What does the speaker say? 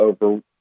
over